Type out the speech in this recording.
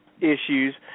issues